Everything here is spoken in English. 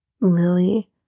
Lily